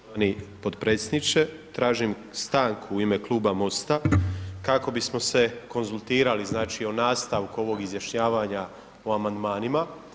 Poštovani podpredsjedniče, tražim stanku u ime Kluba MOST-a, kako bismo se konzultirali znači o nastavku ovog izjašnjavanja o amandmanima.